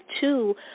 two